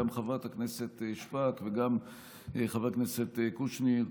חברת הכנסת שפק וגם חבר הכנסת קושניר,